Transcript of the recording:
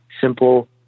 simple